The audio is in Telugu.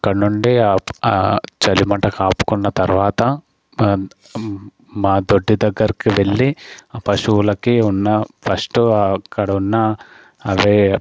అక్కడినుండి చలి మంట కాపుకున్న తర్వాత మా తొట్టి దగ్గరికి వెళ్ళి పశువులకి ఉన్న ఫస్ట్ అక్కడ ఉన్న అరే